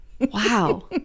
Wow